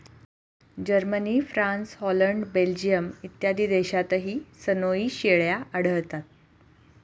Germany, France, Holland, Belgium इत्यादी देशांतही सनोई शेळ्या आढळतात